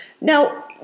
Now